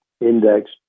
index